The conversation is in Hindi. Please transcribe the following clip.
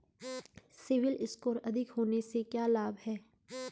सीबिल स्कोर अधिक होने से क्या लाभ हैं?